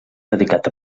dedicat